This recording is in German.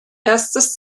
erstes